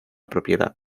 propiedad